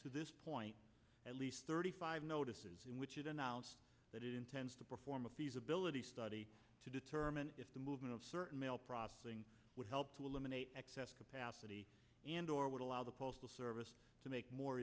to this point at least thirty five notices in which it announced that it intends to perform a feasibility study to determine if the movement of certain mail processing would help to eliminate excess capacity and or would allow the postal service to make more